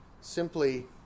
simply